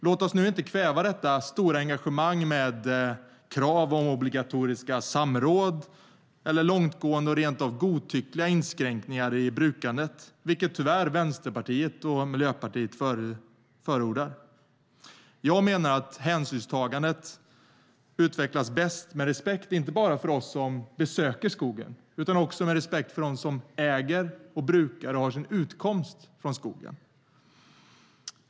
Låt oss nu inte kväva detta stora engagemang med krav på obligatoriska samråd eller långtgående och rent av godtyckliga lagstadgade inskränkningar i brukandet, vilket Vänsterpartiet och Miljöpartiet tyvärr förordar. Jag menar att hänsynstagandet utvecklas bäst med respekt inte bara för oss som besöker skogen utan också för dem som faktiskt äger, brukar och har sin utkomst från den.